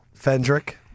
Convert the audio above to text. Fendrick